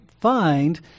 find